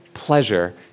pleasure